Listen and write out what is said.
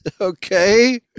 okay